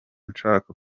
nshaka